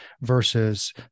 versus